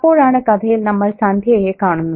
അപ്പോഴാണ് കഥയിൽ നമ്മൾ സന്ധ്യയെ കാണുന്നത്